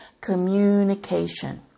Communication